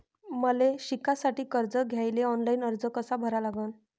मले शिकासाठी कर्ज घ्याले ऑनलाईन अर्ज कसा भरा लागन?